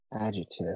Adjective